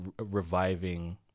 reviving